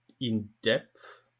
in-depth